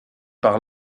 par